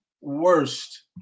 worst